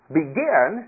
begin